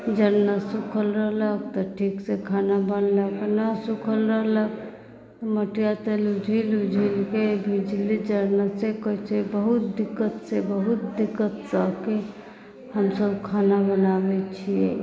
जरना सुखल रहलै तऽ ठीक से खाना बनलै आ नहि सुखल रहलै तऽ मटिआ तेल ऊझील ऊझीलके बहुत दिक्कत से बहुत दिक्कत सहिके हमसब खाना बनाबैत छियै